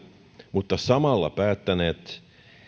mutta samalla päättäneet